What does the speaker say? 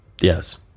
Yes